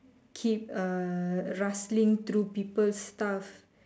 keep uh rustling through people's stuff